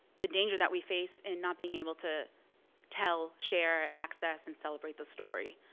the danger that we face in not being able to tell, share, access, and celebrate the story.